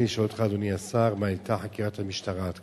בתי-הסוהר ולמקמו במתחם בתי-הסוהר ברמלה.